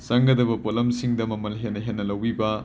ꯆꯪꯒꯗꯕ ꯄꯣꯠꯂꯝꯁꯤꯡꯗ ꯃꯃꯜ ꯍꯦꯟꯅ ꯍꯦꯟꯅ ꯂꯧꯕꯤꯕ